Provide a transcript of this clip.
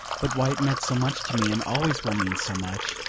but why it meant so much to me, and always will mean so much,